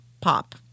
pop